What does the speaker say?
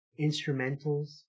instrumentals